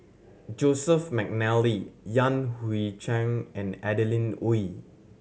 Joseph McNally Yan Hui Chang and Adeline Ooi